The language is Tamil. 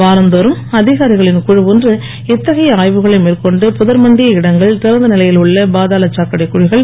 வாரந்தோறும் அதிகாரிகளின் குழு ஒன்று இத்தகைய ஆய்வுகளை மேற்கொண்டு புதர் மண்டிய இடங்கள் திறந்தநிலையில் உள்ள பாதாளசாக்கடைக் குழிகள்